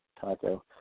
Taco